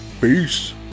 Peace